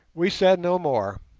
we said no more,